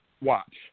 watch